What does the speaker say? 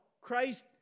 Christ